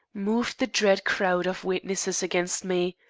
moved the dread crowd of witnesses against me,